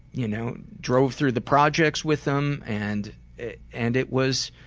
you know, drove through the projects with them, and it and it was,